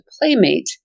playmate